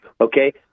okay